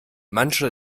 manche